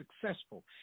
successful